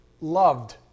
loved